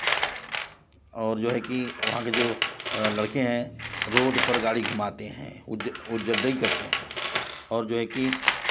और जो है कि वहाँ के जो लड़के हैं रोड पर घूमाते हैं उजद्दई करते हैं और जो है कि हम जो हैं कि